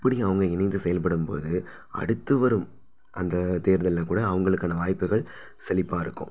அப்படி அவங்க இணைந்து செயல்படும் போது அடுத்து வரும் அந்த தேர்தலில் கூட அவங்களுக்கான வாய்ப்புகள் செழிப்பா இருக்கும்